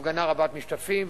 בהפגנה רבת-משתתפים.